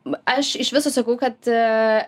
aš iš viso sakau kad